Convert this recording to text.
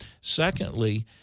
secondly